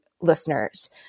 listeners